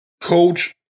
Coach